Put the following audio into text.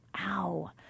ow